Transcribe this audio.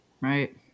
Right